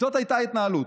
זאת הייתה ההתנהלות.